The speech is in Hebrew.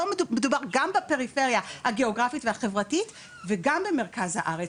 מדובר גם בפריפריה הגיאוגרפית והחברתית וגם במרכז הארץ.